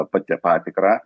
pati patikrą